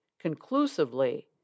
conclusively